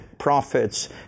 Profits